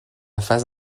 phase